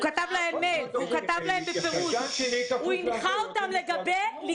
הוא כתב להם בפירוש, הוא הנחה אותם לגבות.